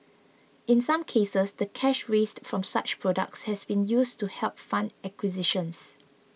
in some cases the cash raised from such products has been used to help fund acquisitions